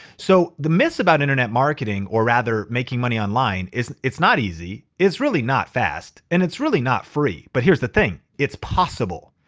so the myths about internet marketing or rather making money online, it's it's not easy it's really not fast and it's really not free. but here's the thing, it's possible.